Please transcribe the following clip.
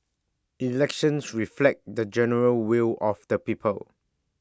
elections reflect the general will of the people